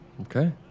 Okay